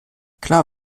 klar